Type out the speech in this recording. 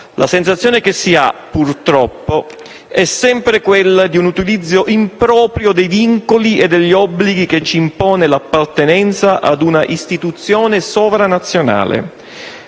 La sensazione che si ha, purtroppo, è sempre quella di un utilizzo improprio dei vincoli e degli obblighi che ci impone l'appartenenza ad un'istituzione sovranazionale,